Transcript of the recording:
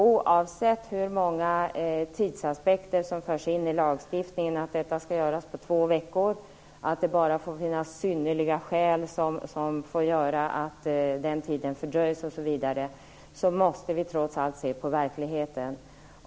Oavsett hur många tidsaspekter som förs in i lagstiftningen, om att detta skall göras på två veckor och att det bara får finnas synnerliga skäl till att den tiden fördröjs osv., måste vi trots allt se på verkligheten.